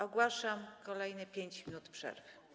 Ogłaszam kolejne 5 minut przerwy.